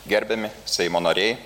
gerbiami seimo nariai